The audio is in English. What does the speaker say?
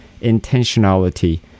intentionality